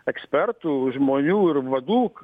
ekspertų žmonių ir vadų